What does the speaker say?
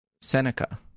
Seneca